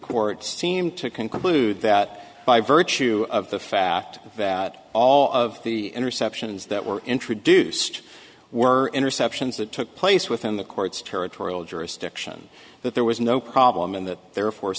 court seemed to conclude that by virtue of the fact that all of the interceptions that were introduced were interceptions that took place within the court's territorial jurisdiction that there was no problem and that therefor